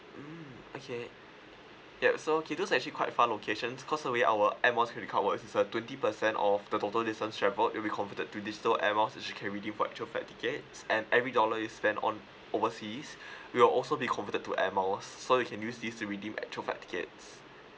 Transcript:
mm okay yup so okay those are actually quite far locations because the way our air miles credit card works is uh twenty percent off the total distance travelled will be converted to digital air miles which you can redeem for actual flight tickets and every dollar you spend on overseas it will also be converted to air miles so you can use this to redeem actual flight tickets